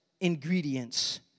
ingredients